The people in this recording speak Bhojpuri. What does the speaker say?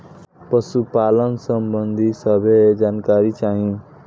पशुपालन सबंधी सभे जानकारी चाही?